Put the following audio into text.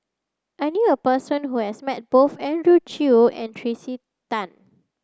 I knew a person who has met both Andrew Chew and Tracey Tan